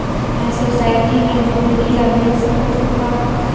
मैं सोसायटी मे जोंदरी ला बेच सकत हो का?